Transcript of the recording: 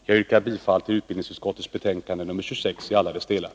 Jag yrkar bifall till utbildningsutskottets hemställan i betänkande 26 i alla dess delar.